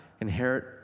inherit